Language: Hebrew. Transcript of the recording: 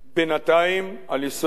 בינתיים על יסוד